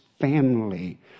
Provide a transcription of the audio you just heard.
family